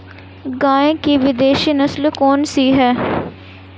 गाय की विदेशी नस्ल कौन सी है?